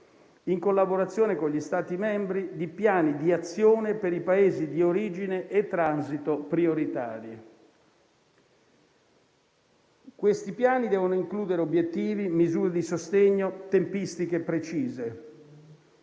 in collaborazione con gli Stati membri, di piani di azione per i Paesi di origine e transito prioritari. Questi piani devono includere obiettivi, misure di sostegno, tempistiche precise.